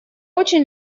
очень